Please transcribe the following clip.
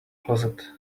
closet